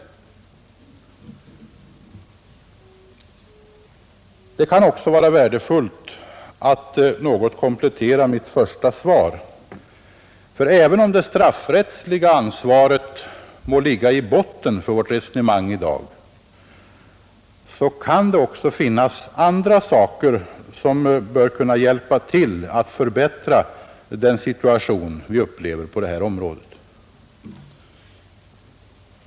Det kan också vara värdefullt att jag något kompletterar mitt svar, ty även om det straffrättsliga ansvaret måste ligga i botten för vårt resonemang i dag finns det andra ting som bör kunna hjälpa till att förbättra den situation vi upplever på detta område.